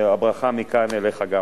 הברכה מכאן גם אליך.